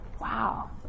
Wow